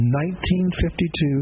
1952